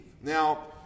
Now